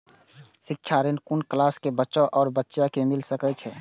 शिक्षा ऋण कुन क्लास कै बचवा या बचिया कै मिल सके यै?